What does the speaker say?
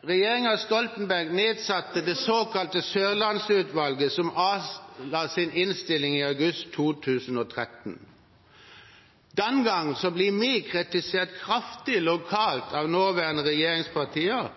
Regjeringen Stoltenberg nedsatte det såkalte Sørlandsutvalget, som avga sin innstilling i august 2013. Den gang ble vi kraftig kritisert lokalt av nåværende regjeringspartier